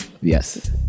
Yes